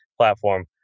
platform